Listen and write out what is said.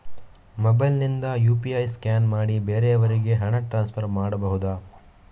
Mobile ನಿಂದ UPI scan ಮಾಡಿ ಬೇರೆಯವರಿಗೆ ಹಣ ಟ್ರಾನ್ಸ್ಫರ್ ಮಾಡಬಹುದ?